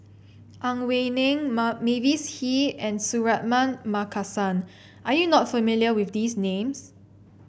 Ang Wei Neng Mavis Hee and Suratman Markasan are you not familiar with these names